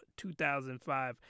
2005